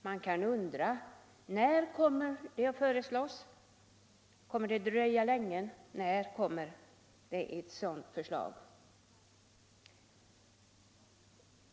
Man kan undra när ett sådant förslag kommer. Kommer det att dröja länge?